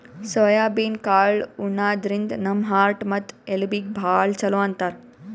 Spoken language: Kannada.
ಸೋಯಾಬೀನ್ ಕಾಳ್ ಉಣಾದ್ರಿನ್ದ ನಮ್ ಹಾರ್ಟ್ ಮತ್ತ್ ಎಲಬೀಗಿ ಭಾಳ್ ಛಲೋ ಅಂತಾರ್